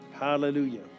Hallelujah